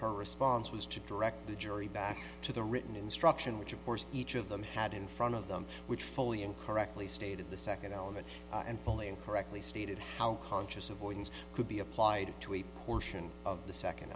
her response was to direct the jury back to the written instruction which of course each of them had in front of them which fully and correctly stated the second element and fully correctly stated how conscious avoidance could be applied to a portion of the second